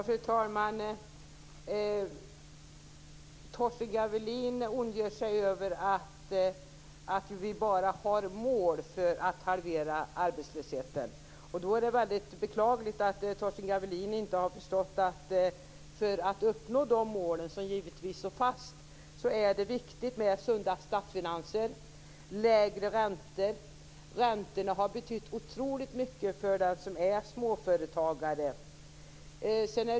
Fru talman! Torsten Gavelin ondgör sig över att vi bara har mål för att halvera arbetslösheten. Då är det mycket beklagligt att Torsten Gavelin inte har förstått att det för att uppnå de mål som givetvis står fast är det viktigt med sunda statsfinanser och lägre räntor. Räntorna har betytt otroligt mycket för den som är småföretagare.